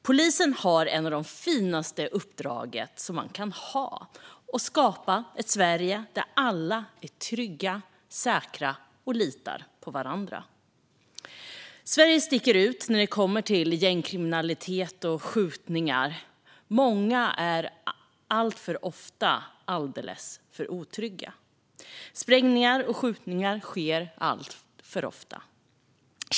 Polisen har ett av de finaste uppdrag man kan ha: att skapa ett Sverige där alla är trygga och säkra och litar på varandra. Sverige sticker ut när det gäller gängkriminalitet och skjutningar. Många är alltför ofta alldeles för otrygga. Sprängningar och skjutningar sker alltför ofta.